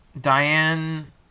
Diane